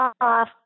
off